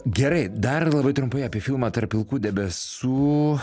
gerai dar labai trumpai apie filmą tarp pilkų debesų